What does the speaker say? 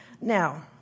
Now